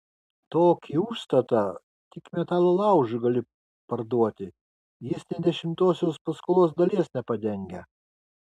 tokį užstatą tik metalo laužui gali parduoti jis nė dešimtosios paskolos dalies nepadengia